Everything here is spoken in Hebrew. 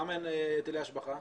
למה אין היטלי השבחה?